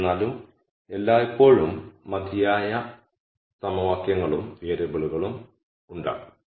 എന്നിരുന്നാലും എല്ലായ്പ്പോഴും മതിയായ സമവാക്യങ്ങളും വേരിയബിളുകളും ഉണ്ടാകും